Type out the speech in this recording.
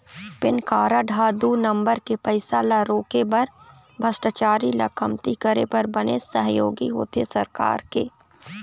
PAN card ह दू नंबर के पइसा ल रोके बर भस्टाचारी ल कमती करे बर बनेच सहयोगी होथे सरकार के